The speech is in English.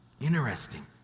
Interesting